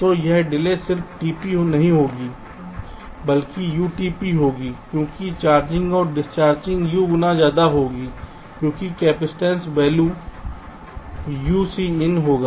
तो यह डिले सिर्फ tp नहीं होगी बल्कि Utp होगी क्योंकि चार्जिंग और डिस्चार्जिंग U गुना ज्यादा लेगी क्योंकि कैपेसिटेंस वेल्यू UCin होगा